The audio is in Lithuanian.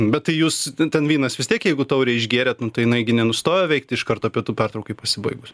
bet tai jūs ten vynas vis tiek jeigu taurę išgėrėt nu tai jinai gi nenustojo veikti iš karto pietų pertraukai pasibaigus